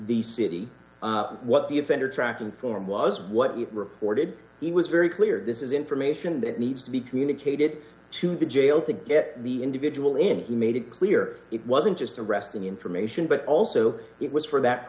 the city what the offender tracking form was what we reported he was very clear this is information that needs to be communicated to the jail to get the individual in he made it clear it wasn't just arresting information but also it was for that